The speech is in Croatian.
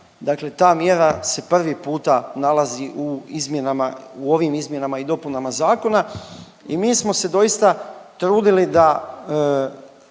dakle ta mjera se prvi puta nalazi u izmjenama, u ovim izmjenama i dopunama zakona. I mi smo se doista trudili da